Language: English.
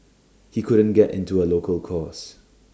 he couldn't get into A local course